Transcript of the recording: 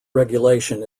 regulation